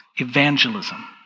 evangelism